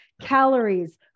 calories